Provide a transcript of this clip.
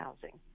housing